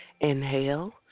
Inhale